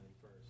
first